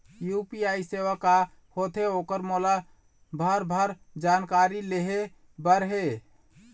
UPI सेवा का होथे ओकर मोला भरभर जानकारी लेहे बर हे?